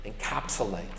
encapsulate